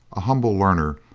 a humble learner,